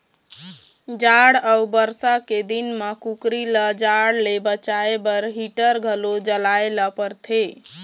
जाड़ अउ बरसा के दिन म कुकरी ल जाड़ ले बचाए बर हीटर घलो जलाए ल परथे